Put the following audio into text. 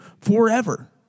forever